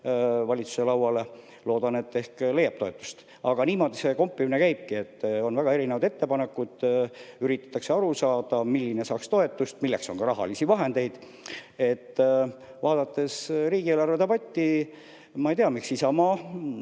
valitsuses lauale viia. Loodan, et ehk leiab see toetust. Aga niimoodi see kompimine käibki, on väga erinevaid ettepanekuid. Üritatakse aru saada, milline saaks toetust, milleks on ka rahalisi vahendeid. Vaadates riigieelarve debatti, siis ma ei tea, miks Isamaa